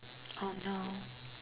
oh no